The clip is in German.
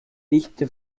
dichte